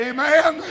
Amen